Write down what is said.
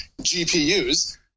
GPUs